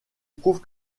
prouve